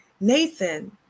Nathan